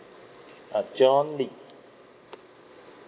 uh john lee